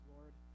Lord